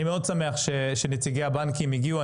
אני מאוד שמח שנציגי הבנקים הגיעו.